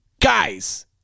Guys